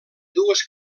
dues